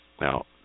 Now